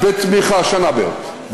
שנה בערך.